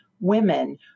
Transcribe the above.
women